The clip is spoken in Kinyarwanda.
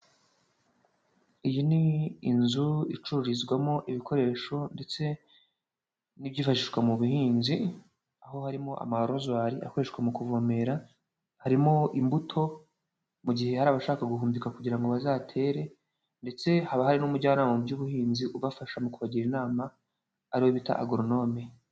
Iyi ni inzu icururizwamo ibikoresho ndetse n'ibyifashishwa mu buhinzi; aho harimo amarozwari akoreshwa mu kuvomera, harimo imbuto mu gihe hari abashaka guhumbika kugira ngo bazatere, ndetse haba hari n'umujyanama mu by'ubuhinzi ubafasha mu kubagira inama ari we bita agoronome.